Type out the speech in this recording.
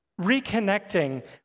reconnecting